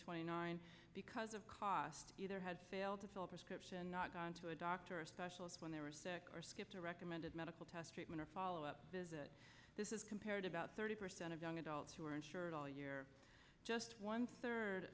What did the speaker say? twenty nine because of cost either had failed to fill a prescription not gone to a doctor or a specialist when they were sick or skipped a recommended medical test treatment or follow up visit this is compared about thirty percent of young adults who are insured all year just one third